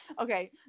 Okay